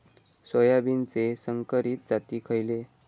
सोयाबीनचे संकरित जाती खयले?